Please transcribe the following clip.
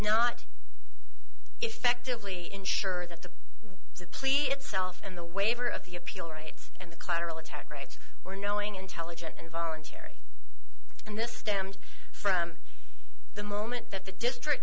not effectively ensure that the plea itself and the waiver of the appeal rights and the collateral attack rights were knowing intelligent and voluntary and this stemmed from the moment that the district